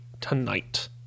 tonight